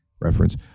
reference